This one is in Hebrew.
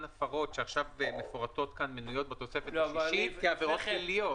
הפרות שמנויות בתוספת השישית כעבירות פליליות.